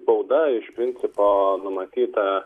bauda iš principo numatyta